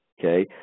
okay